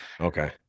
Okay